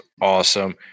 awesome